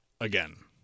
Again